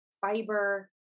fiber